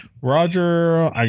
Roger